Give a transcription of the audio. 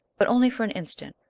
but only for an instant,